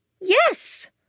Yes